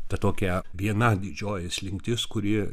ta tokia viena didžioji slinktis kuri